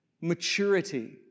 maturity